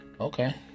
okay